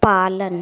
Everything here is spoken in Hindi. पालन